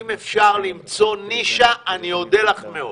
אם אפשר למצוא נישה עבורם אני אודה לך מאוד,